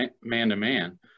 man-to-man